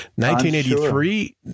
1983